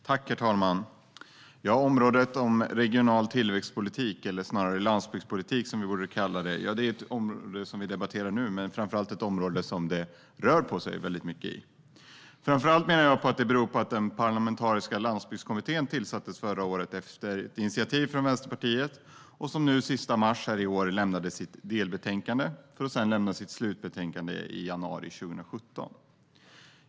Herr talman! Området regional tillväxtpolitik, eller snarare landsbygdspolitik, som vi borde kalla det, är det som vi nu debatterar. Det är framför allt ett område där det rör på sig väldigt mycket. Jag menar att det framför allt beror på att den parlamentariska landsbygdskommittén tillsattes förra året efter ett initiativ från Vänsterpartiet. Den lämnade nu den 31 mars i år sitt delbetänkande och ska sedan lämna sitt slutbetänkande i januari 2017.